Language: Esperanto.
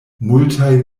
multaj